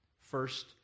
First